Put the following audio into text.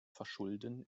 verschulden